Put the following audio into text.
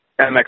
MX